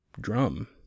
drum